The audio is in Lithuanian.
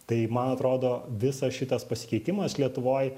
tai man atrodo visas šitas pasikeitimas lietuvoj